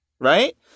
Right